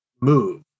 move